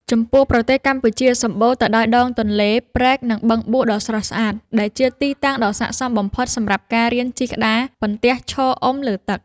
ចំពោះប្រទេសកម្ពុជាសម្បូរទៅដោយដងទន្លេ ព្រែក និងបឹងបួដ៏ស្រស់ស្អាត ដែលជាទីតាំងដ៏ស័ក្តិសមបំផុតសម្រាប់ការរៀនជិះក្តារបន្ទះឈរអុំលើទឹក។